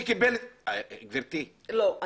גברתי --- לא,